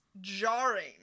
jarring